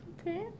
Okay